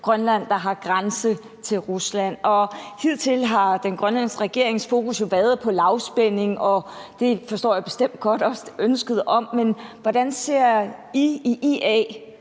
Grønland, der har grænse til Rusland. Hidtil har den grønlandske regerings fokus jo været på lavspænding – og det forstår jeg bestemt også godt ønsket om – men hvordan ser IA